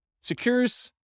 secures